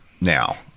now